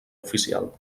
oficial